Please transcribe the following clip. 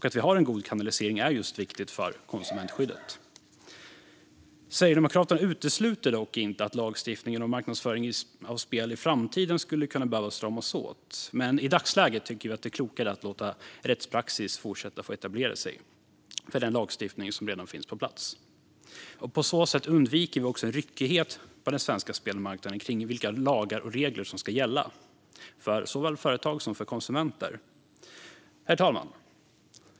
Att vi har en god kanalisering är viktigt just för konsumentskyddet. Sverigedemokraterna utesluter dock inte att lagstiftningen om marknadsföring av spel i framtiden skulle behöva stramas åt. Men i dagsläget tycker vi att det är klokare att låta rättspraxis fortsätta att etablera sig för den lagstiftning som redan finns på plats. På så sätt undviker vi också en ryckighet på den svenska spelmarknaden kring vilka lagar och regler som ska gälla för såväl företag som konsumenter. Herr talman!